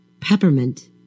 Peppermint